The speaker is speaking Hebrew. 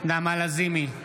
נעמה לזימי,